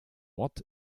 ort